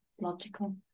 logical